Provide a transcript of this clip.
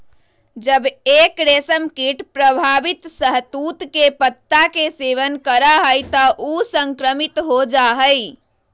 जब एक रेशमकीट प्रभावित शहतूत के पत्ता के सेवन करा हई त ऊ संक्रमित हो जा हई